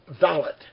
valid